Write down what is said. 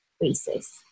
basis